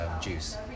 Juice